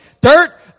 Dirt